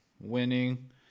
winning